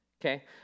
okay